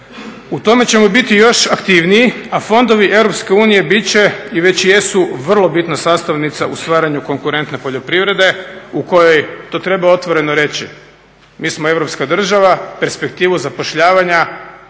U tome ćemo biti još aktivniji, a fondovi EU bit će i već jesu vrlo bitna sastavnica u stvaranju konkurentne poljoprivrede u kojoj to treba otvoreno reći mi smo europska država, perspektivu zapošljavanja